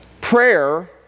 Prayer